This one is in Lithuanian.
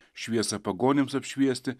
šviesą pagonims apšviesti